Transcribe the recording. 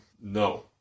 no